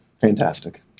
fantastic